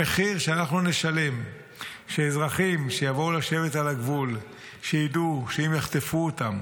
המחיר שאנחנו נשלם כשאזרחים שיבואו לשבת על הגבול ידעו שאם יחטפו אותם